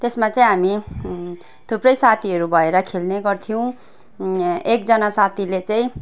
त्यसमा चाहिँ हामी थुप्रै साथीहरू भएर खेल्ने गर्थ्यौँ एकजना साथीले चाहिँ